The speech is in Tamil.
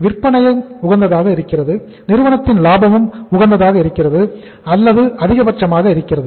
விற்பனையும் உகந்ததாக இருக்கிறது நிறுவனத்தின் லாபமும் உகந்ததாக அல்லது அதிகபட்சமாக இருக்கிறது